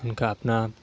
ان کا اپنا